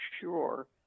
sure